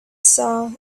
saw